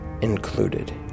included